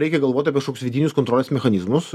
reikia galvot apie kažkokius vidinius kontrolės mechanizmus